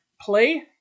play